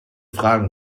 fragen